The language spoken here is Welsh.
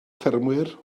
ffermwyr